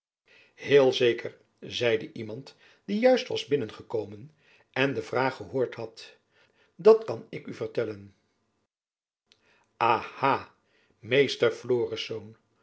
heel zeker zeide iemand die juist was binnengekomen en de vraag gehoord had dat kan ik u vertellen aha meester florisz